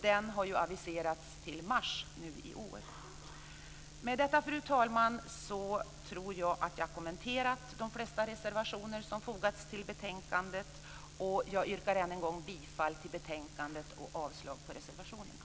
Denna har ju aviserats till mars i år. Med detta, fru talman, tror jag att jag har kommenterat de flesta reservationer som fogats till betänkandet. Jag yrkar än en gång bifall till hemställan i betänkandet och avslag på reservationerna.